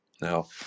Now